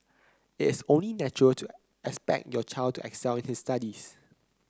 it is only natural to expect your child to excel in his studies